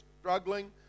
struggling